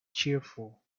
cheerful